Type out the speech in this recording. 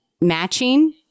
matching